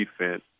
defense